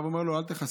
ואמר לו הרב: אל תכסה.